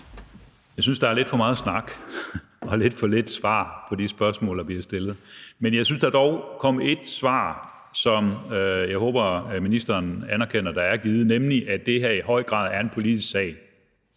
Jeg synes, der er lidt for meget snak og lidt for lidt svar på de spørgsmål, der bliver stillet. Men jeg synes, der dog kom et svar, som jeg håber ministeren anerkender er givet, nemlig at det her i høj grad er en politisk sag.